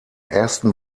ersten